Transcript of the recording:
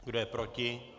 Kdo je proti?